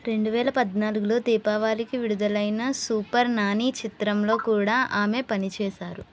రెండు వేల పద్నాలుగులో దీపావళికి విడుదలైన సూపర్ నాని చిత్రంలో కూడా ఆమె పనిచేశారు